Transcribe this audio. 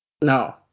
No